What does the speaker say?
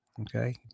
Okay